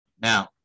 now